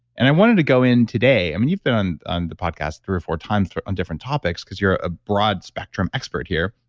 and i wanted to go in today. i mean, you've been on on the podcast three or four times on different topics because you're a broad spectrum expert here.